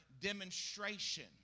Demonstration